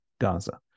Gaza